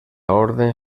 orden